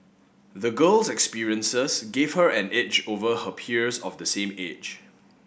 the girl's experiences gave her an edge over her peers of the same age